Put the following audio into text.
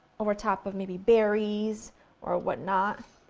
over top of maybe berries or whatnot.